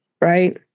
Right